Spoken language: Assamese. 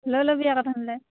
লৈ ল'বি আকৌ তেনেহ'লে